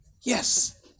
Yes